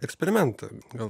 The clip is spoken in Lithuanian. eksperimentą gal